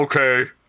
Okay